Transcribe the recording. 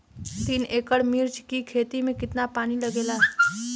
तीन एकड़ मिर्च की खेती में कितना पानी लागेला?